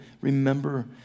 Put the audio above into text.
remember